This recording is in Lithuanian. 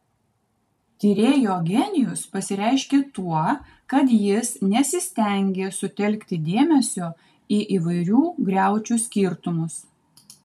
tyrėjo genijus pasireiškė tuo kad jis nesistengė sutelkti dėmesio į įvairių griaučių skirtumus